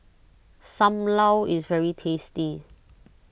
Sam Lau is very tasty